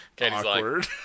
awkward